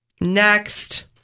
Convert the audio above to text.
Next